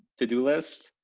to-do list,